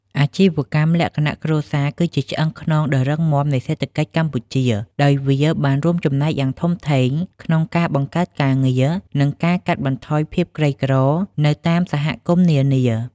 អាជីវកម្មលក្ខណៈគ្រួសារគឺជាឆ្អឹងខ្នងដ៏រឹងមាំនៃសេដ្ឋកិច្ចកម្ពុជា ដោយវាបានរួមចំណែកយ៉ាងធំធេងក្នុងការបង្កើតការងារ និងការកាត់បន្ថយភាពក្រីក្រនៅតាមសហគមន៍នានា។